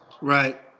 Right